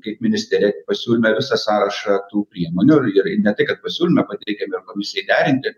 kaip ministerija pasiūlėme visą sąrašą tų priemonių ir ir ne tai kad pasiūlyme pateikę be komisijai derinti